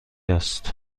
است